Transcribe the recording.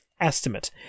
estimate